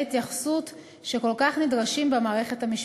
התייחסות שכל כך נדרשים במערכת המשפטית.